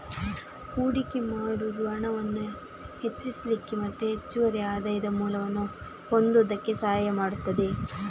ಹೂಡಿಕೆ ಮಾಡುದು ಹಣವನ್ನ ಹೆಚ್ಚಿಸ್ಲಿಕ್ಕೆ ಮತ್ತೆ ಹೆಚ್ಚುವರಿ ಆದಾಯದ ಮೂಲವನ್ನ ಹೊಂದುದಕ್ಕೆ ಸಹಾಯ ಮಾಡ್ತದೆ